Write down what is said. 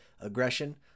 aggression